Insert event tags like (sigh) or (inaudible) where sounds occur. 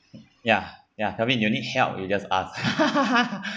ya ya kelvin you need help you just ask (laughs)